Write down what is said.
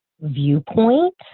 viewpoint